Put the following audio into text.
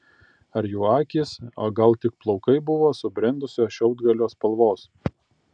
ar jų akys o gal tik plaukai buvo subrendusio šiaudgalio spalvos